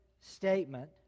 statement